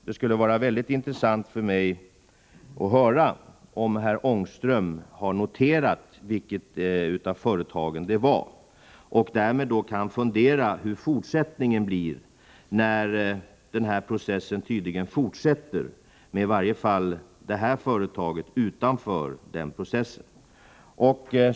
Det skulle vara mycket intressant för mig att höra om herr Ångström har noterat vilket av företagen det var — och därmed kan fundera över hur fortsättningen blir, när den här processen tydligen går vidare med i varje fall det företaget utanför denna process.